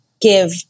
give